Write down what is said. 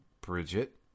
Bridget